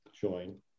join